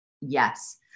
yes